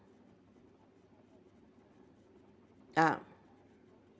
ah